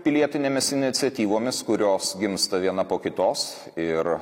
pilietinėmis iniciatyvomis kurios gimsta viena po kitos ir